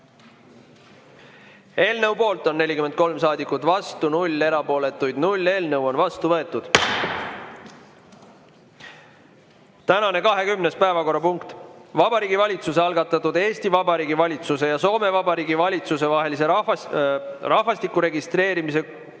Eelnõu poolt on 43 saadikut, vastu on 0, erapooletuid 0. Eelnõu on seadusena vastu võetud. Tänane 20. päevakorrapunkt on Vabariigi Valitsuse algatatud Eesti Vabariigi valitsuse ja Soome Vabariigi valitsuse vahelise rahvastiku registreerimise